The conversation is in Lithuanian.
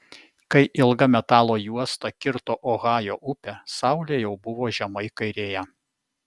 kai ilga metalo juosta kirto ohajo upę saulė jau buvo žemai kairėje